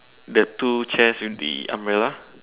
the two chairs with the umbrella